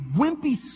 wimpy